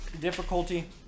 difficulty